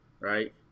right